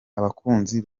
abakunzi